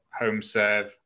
HomeServe